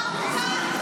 נגמר הזמן.